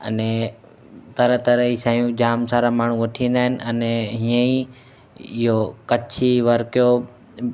अने तरह तरह जी शयूं जामु सारा माण्हू वठी वेंदा आहिनि अने हीअं ई इहो कच्छी वर्क जो